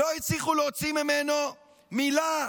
לא הצליחו להוציא ממנו מילה,